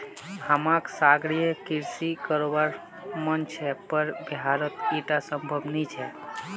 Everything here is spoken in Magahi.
हमाक सागरीय कृषि करवार मन छ पर बिहारत ईटा संभव नी छ